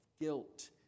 guilt